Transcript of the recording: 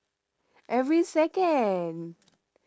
every second